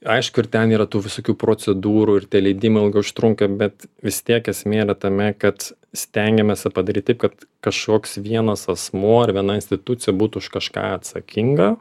aišku ir ten yra tų visokių procedūrų ir tie leidimai ilgai užtrunka bet vis tiek esmė yra tame kad stengiamės tą padaryt taip kad kažkoks vienas asmuo ar viena institucija būtų už kažką atsakinga